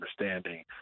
understanding